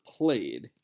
played